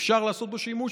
אפשר לעשות בו שימוש,